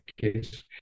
case